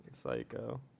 Psycho